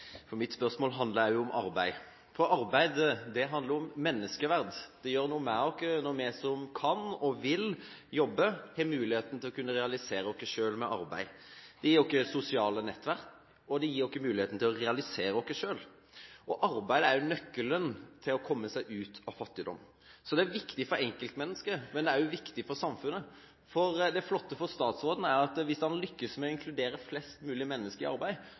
noe med oss når vi som kan og vil jobbe, har muligheten til å kunne realisere oss selv gjennom arbeid. Det gir oss sosiale nettverk og muligheten til å realisere oss selv, og arbeid er nøkkelen til å komme seg ut av fattigdom. Så det er viktig for enkeltmennesket, men det er også viktig for samfunnet. Det flotte for statsråden er at hvis han lykkes med å inkludere flest mulig mennesker i arbeid,